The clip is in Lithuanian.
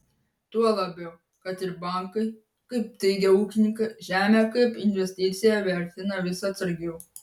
tuo labiau kad ir bankai kaip teigia ūkininkai žemę kaip investiciją vertina vis atsargiau